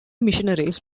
missionaries